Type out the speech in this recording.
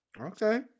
Okay